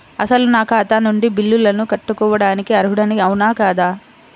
అసలు నా ఖాతా నుండి బిల్లులను కట్టుకోవటానికి అర్హుడని అవునా కాదా?